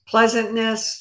pleasantness